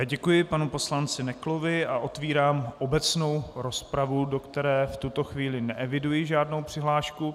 Děkuji panu poslanci Neklovi a otevírám obecnou rozpravu, do které v tuto chvíli neeviduji žádnou přihlášku.